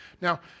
Now